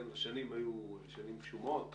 השנים היו שנים גשומות,